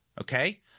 Okay